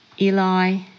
Eli